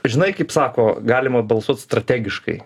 žinai kaip sako galima balsuot strategiškai